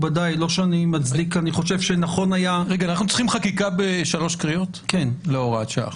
אנחנו צריכים חקיקה בשלוש קריאות להוראת שעה?